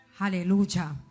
Hallelujah